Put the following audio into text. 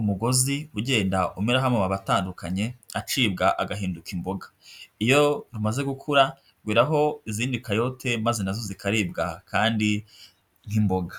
umugozi ugenda umeraraho amababi atandukanye acibwa agahinduka imboga, iyo rumaze gukura rweraho izindi kayote maze na zo zikaribwa kandi nk'imboga.